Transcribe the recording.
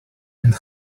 and